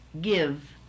give